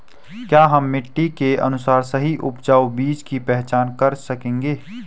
क्या हम मिट्टी के अनुसार सही उपजाऊ बीज की पहचान कर सकेंगे?